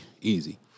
Easy